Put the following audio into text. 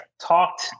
talked